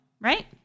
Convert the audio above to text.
right